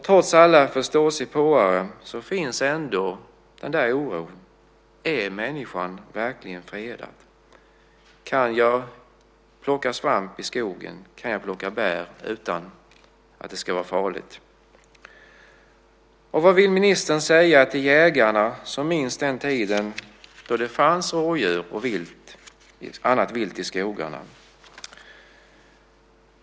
Trots alla förståsigpåare finns ändå oron: Är människan verkligen fredad? Kan jag plocka svamp och bär i skogen utan att det ska vara farligt? Och vad vill ministern säga till jägarna som minns den tiden då det fanns rovdjur och annat vilt i skogarna?